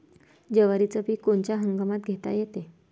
जवारीचं पीक कोनच्या हंगामात घेता येते?